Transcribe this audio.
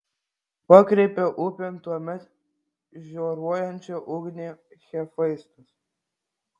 pakreipė upėn tuomet žioruojančią ugnį hefaistas